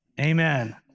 Amen